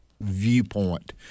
viewpoint